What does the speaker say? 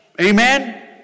Amen